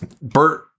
Bert